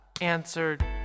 answered